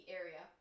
area